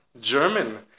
German